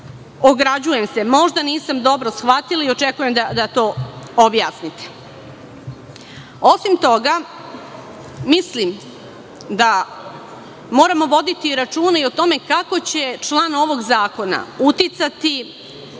Ograđujem se, možda nisam dobro shvatila i očekujem da to objasnite. Osim toga, mislim da moramo voditi računa i o tome kako će član ovog zakona uticati